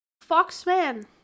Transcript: Foxman